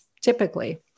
typically